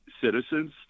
citizens